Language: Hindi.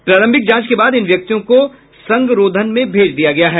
प्रारंभिक जांच के बाद इन व्यक्तियों को संगरोधन में भेज दिया गया है